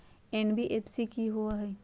NBFC कि होअ हई?